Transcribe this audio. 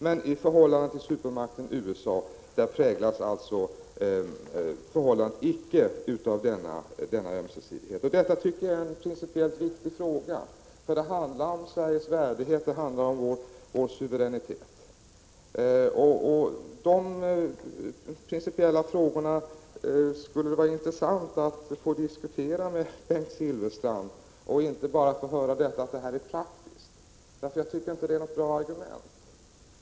Men förhållandet till supermakten USA präglas alltså inte av denna ömsesidighet. Jag tycker att detta är en principiellt viktig fråga, som handlar om Sveriges värdighet och om vår suveränitet. Det skulle vara intressant att få diskutera de principiella frågorna med Bengt Silfverstrand och inte bara få höra att detta är praktiskt. Jag tycker inte att det är ett bra argument.